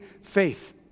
faith